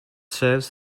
serves